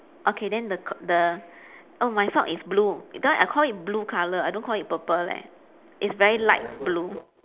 okay then the co~ the oh my sock is blue that one I call it blue colour I don't call it purple leh it's very light blue